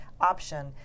option